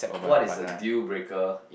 what is the dealbreaker